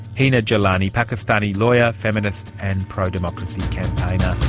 hina jilani, pakistani lawyer, feminist and pro-democracy campaigner.